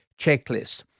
checklist